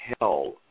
hell